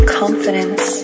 confidence